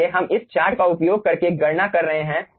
इसलिए हम इस चार्ट का उपयोग करके गणना कर रहे हैं